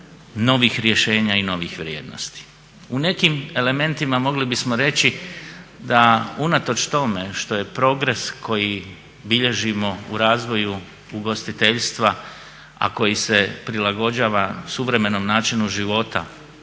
novih rješenja i novih vrijednosti. U nekim elementima mogli bismo reći da unatoč tome što je progres koji bilježimo u razvoju ugostiteljstva, a koji se prilagođava suvremenom načinu života